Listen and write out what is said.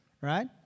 right